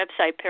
website